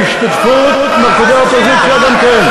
בהשתתפות מרכיבי האופוזיציה גם כן.